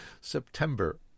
September